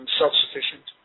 self-sufficient